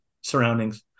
surroundings